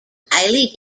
highly